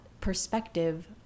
perspective